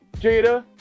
Jada